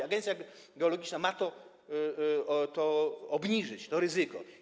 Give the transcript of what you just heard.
Agencja geologiczna ma obniżyć to ryzyko.